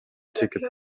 ticket